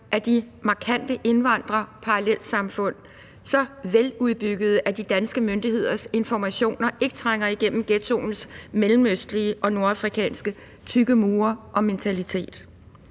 er de markante indvandrerparallelsamfund så veludbyggede, at de danske myndigheders informationer ikke trænger igennem ghettoens mellemøstlige og nordafrikanske tykke mure og mentalitet.